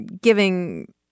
giving